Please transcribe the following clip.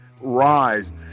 rise